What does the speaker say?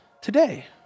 today